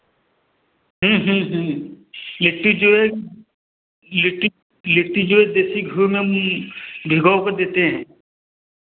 लिट्टी जो है लिट्टी लिट्टी जो है देसी घी में भिगो कर देते हैं